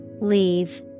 leave